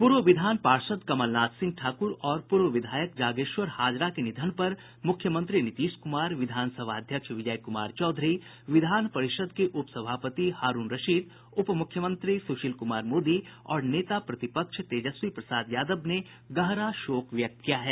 पूर्व विधान पार्षद कमलनाथ सिंह ठाकुर और पूर्व विधायक जागेश्वर हाजरा के निधन पर मुख्यमंत्री नीतीश कुमार विधानसभा अध्यक्ष विजय कुमार चौधरी विधान परिषद के उप सभापति हारूण रशीद उप मुख्यमंत्री सुशील कुमार मोदी और नेता प्रतिपक्ष तेजस्वी प्रसाद यादव ने गहरा शोक व्यक्त किया है